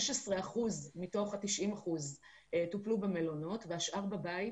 והחולים היותר קלים טופלו במלונות או בבתים,